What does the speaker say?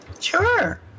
Sure